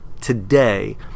today